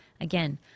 again